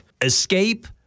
Escape